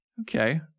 Okay